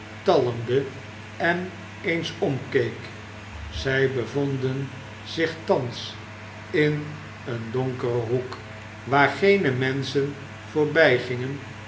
talmde en eens omkeek zij bevonden zich thans in een donkeren hoek waar geene menschen